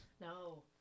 no